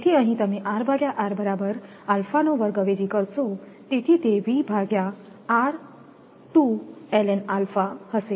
તેથી અહીં તમે અવેજી કરશો તેથી તે હશે